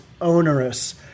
onerous